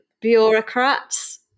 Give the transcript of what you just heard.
bureaucrats